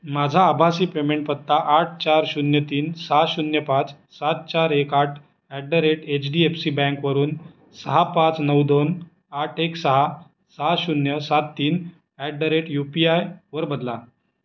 माझा आभासी पेमेंट पत्ता आठ चार शून्य तीन सहा शून्य पाच सात चार एक आठ at the rate H D F C बँकवरून सहा पाच नऊ दोन आट एक सहा सहा शून्य सात तीन at the rate U P आयवर बदला